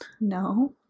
No